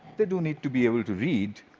they do need to be able to read.